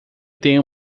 tenho